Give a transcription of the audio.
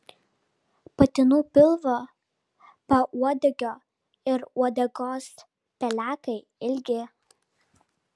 patinų pilvo pauodegio ir uodegos pelekai ilgi